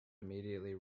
immediately